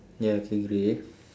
ya okay grey